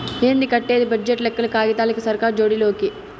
ఏంది కట్టేది బడ్జెట్ లెక్కలు కాగితాలకి, సర్కార్ జోడి లోకి